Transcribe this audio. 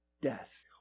death